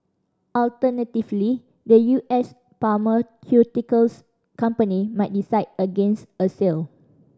alternatively the U S pharmaceuticals company might decide against a sale